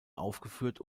aufgeführt